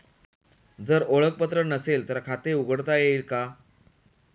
जर ओळखपत्र नसेल तर खाते उघडता येईल का?